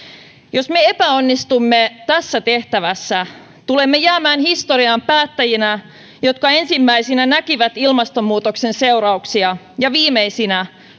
jos me epäonnistumme tässä tehtävässä tulemme jäämään historiaan päättäjinä jotka ensimmäisinä näkivät ilmastonmuutoksen seurauksia ja joilla viimeisinä